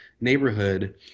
neighborhood